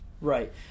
Right